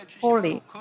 holy